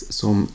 som